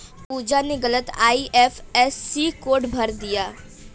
पूजा ने गलत IFSC code भर दिया